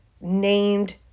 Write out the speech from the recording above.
named